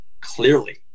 clearly